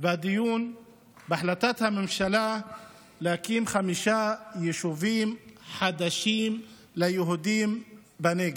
ואת הדיון בהחלטת הממשלה להקים חמישה יישובים חדשים ליהודים בנגב.